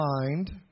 mind